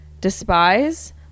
despise